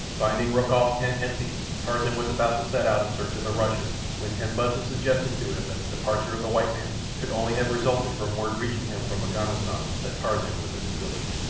finding rokoff's tent empty, tarzan was about to set out in search of the russian when tambudza suggested to him that the departure of the white man could only have resulted from word reaching him from m'ganwazam that tarzan was in his village.